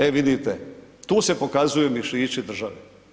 E, vidite tu se pokazuju mišići države.